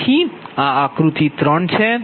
તેથી આ આકૃતિ 3 છે